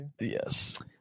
Yes